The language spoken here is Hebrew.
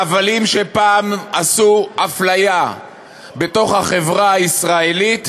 על הבלים שפעם עשו אפליה בתוך החברה הישראלית,